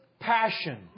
Passion